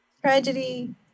Tragedy